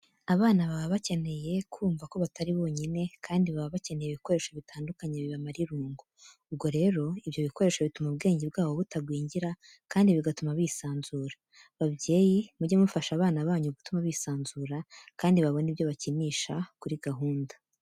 Abana baba bakeneye kumva ko batari bonyine kandi baba bakeneye ibikoresho bitandukanye bibamara irungu. Ubwo rero ibyo bikoresho bituma ubwenge bwabo butagwingira kandi bigatuma bisanzuye. Babyeyi mujye mufasha abana banyu gutuma bisanzura kandi babone ibyo bakinisha kuri gahunda.